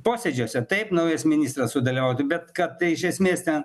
posėdžiuose taip naujas ministras sudėlioja tai bet kad tai iš esmės ten